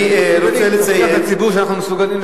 אנחנו, דווקא בציבור שאנחנו מסוגלים.